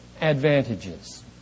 advantages